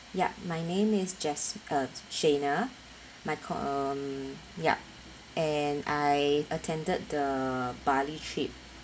yup my name is jessica uh shena my co~ um yup and I attended the bali trip